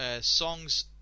songs